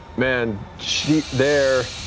man, she they're